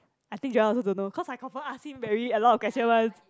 I think Joel also don't know cause I confirm ask him very a lot of question one